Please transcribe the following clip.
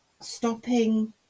stopping